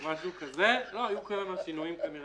יש בעולם כרטיסי רב